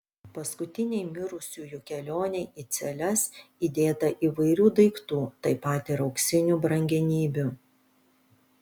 paskutinei mirusiųjų kelionei į celes įdėta įvairių daiktų taip pat ir auksinių brangenybių